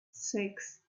six